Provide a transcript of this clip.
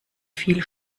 viel